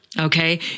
okay